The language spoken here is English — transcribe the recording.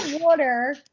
Water